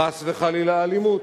חס וחלילה אלימות,